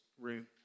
room